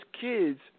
kids